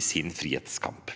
i sin frihetskamp.